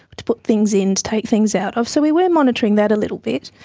to put things in, to take things out of, so we were monitoring that a little bit.